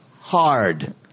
hard